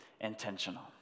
intentional